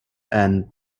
and